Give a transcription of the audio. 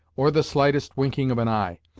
or the slightest winking of an eye.